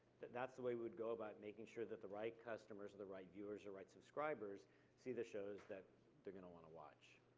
that's the way we'd go about making sure that the right customers, the right viewers, the right subscribers see the shows that they're gonna want to watch.